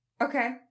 Okay